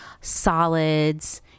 solids